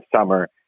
summer